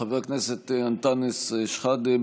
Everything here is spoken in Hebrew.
חבר הכנסת אנטאנס שחאדה,